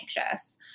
anxious